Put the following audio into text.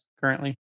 currently